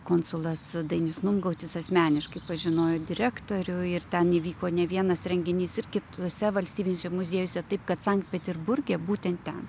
konsulas dainius numgaudis asmeniškai pažinojo direktorių ir ten įvyko ne vienas renginys ir kitose valstybiniuose muziejuose taip kad sankt peterburge būtent ten